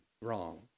wrong